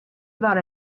about